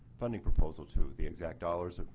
funding proposal to the exact dollars.